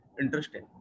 Interesting